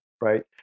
right